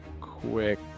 quick